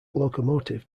locomotive